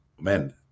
man